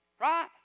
Right